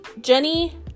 Jenny